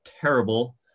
terrible